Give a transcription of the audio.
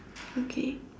okay